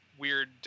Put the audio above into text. weird